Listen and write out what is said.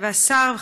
השר,